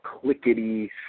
clickety